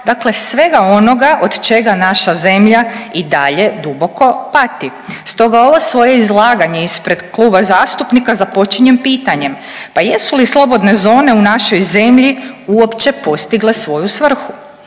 dakle svega onoga od čega naša zemlja i dalje duboko pati. Stoga ovo svoje izlaganje ispred kluba zastupnika započinjem pitanjem. Pa jesu li slobodne zone u našoj zemlji uopće postigle svoju svrhu?